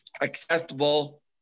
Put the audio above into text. acceptable